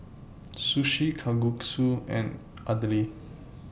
Sushi Kalguksu and Idili